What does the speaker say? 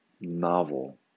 novel